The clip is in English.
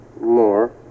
more